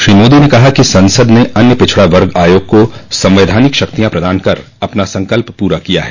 श्री मोदी ने कहा कि संसद ने अन्य पिछड़ा वर्ग आयोग को संवैधानिक शक्तियां प्रदान कर अपना संकल्प पूरा किया है